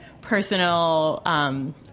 personal